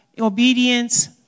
obedience